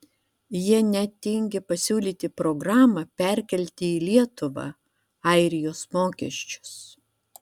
jie net tingi pasiūlyti programą perkelti į lietuvą airijos mokesčius